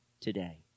today